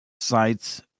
sites